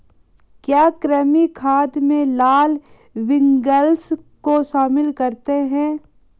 क्या कृमि खाद में लाल विग्लर्स को शामिल करते हैं?